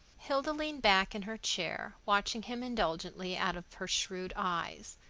hilda leaned back in her chair, watching him indulgently out of her shrewd eyes.